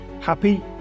happy